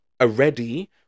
already